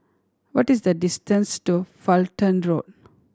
what is the distance to Fulton Road